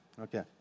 Okay